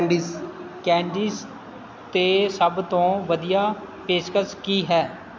candies candies 'ਤੇ ਸਭ ਤੋਂ ਵਧੀਆ ਪੇਸ਼ਕਸ਼ ਕੀ ਹੈ